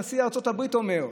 נשיא ארצות הברית אומר.